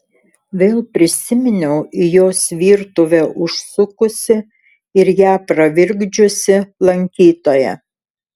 vėl prisiminiau į jos virtuvę užsukusį ir ją pravirkdžiusį lankytoją